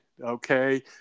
okay